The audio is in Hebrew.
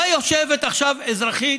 יושבת עכשיו אזרחית